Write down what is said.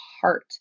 heart